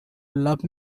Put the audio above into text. love